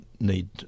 need